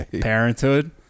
parenthood